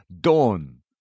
dawn